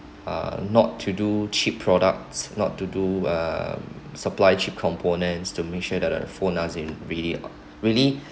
uh not to do cheap products not to do um supply cheap components to make sure that the phones are in really really